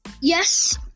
Yes